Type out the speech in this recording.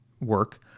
work